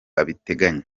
abiteganya